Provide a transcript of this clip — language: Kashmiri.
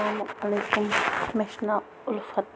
السلامُ علیکُم مےٚ چھِ ناو اُلفَت